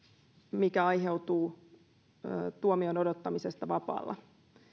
mikä aiheutuu tuomion odottamisesta vapaalla